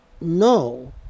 no